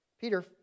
Peter